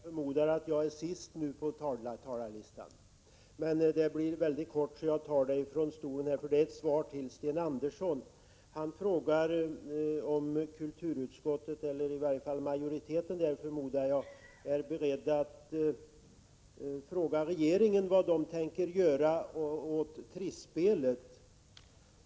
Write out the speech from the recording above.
Herr talman! Jag har begärt ordet för anförande — jag förmodar att jag nu är sist på talarlistan. Mitt anförande blir mycket kort, så jag håller det från bänken. Sten Andersson frågade om kulturutskottet — eller i varje fall majoriteten i kulturutskottet, förmodar jag att han menade — var berett att fråga regeringen vad den tänker göra åt Trisspelet.